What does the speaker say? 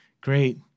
great